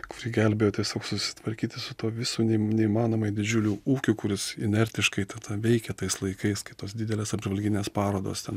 kuri gelbėjo tiesiog susitvarkyti su tuo visu ne neįmanomai didžiuliu ūkiu kuris inertiškai tą tą veikė tais laikais kai tos didelės apžvalginės parodos ten